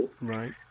Right